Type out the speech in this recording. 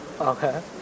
Okay